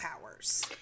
powers